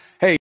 hey